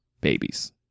babies